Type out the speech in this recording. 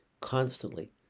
constantly